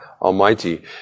Almighty